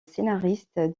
scénariste